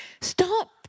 stop